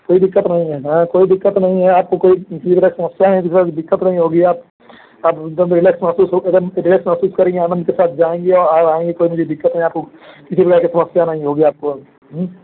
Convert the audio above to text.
कोई दिक्कत नहीं है कोई दिक्कत नहीं है आपको कोई किसी तरह का समस्या में किसी दिक्कत नहीं होगी आप आप एकदम रीलैक्स महसूस एकदम रेस्ट महसूस करेंगे आनंद के साथ जाएंगे और आएंगे और कोई दिक्कत नहीं आपको किसी तरह की समस्या नहीं होगी आपको